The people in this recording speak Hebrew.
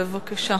בבקשה.